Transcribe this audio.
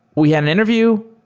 we had an interview.